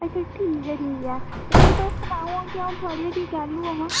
अच्छा ठीक ऐ ठीक ऐ ते हून तुस सनाओ आं के अ'ऊं थुआढ़ी हट्टिया कैह्ल्लूं आवां